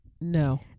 No